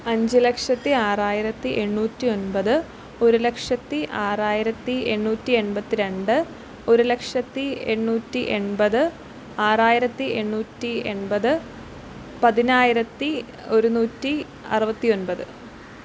അഞ്ച് ലക്ഷത്തി ആറായിരത്തി എണ്ണൂറ്റി ഒൻപത് ഒരു ലക്ഷത്തി ആറായിരത്തി എണ്ണൂറ്റി എൺപത്തിരണ്ട് ഒരുലക്ഷത്തി എണ്ണൂറ്റി എൺപത് ആറായിരത്തി എണ്ണൂറ്റി എൺപത് പതിനായിരത്തി ഒരുനൂറ്റി അറുപത്തി ഒൻപത്